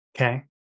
Okay